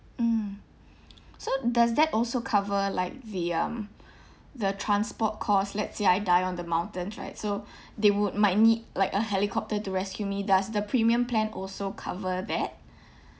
mm so does that also cover like the um the transport cost let's say I die on the mountains right so they would might need like a helicopter to rescue me does the premium plan also cover that